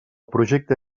projecte